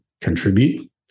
contribute